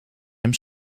hem